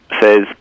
says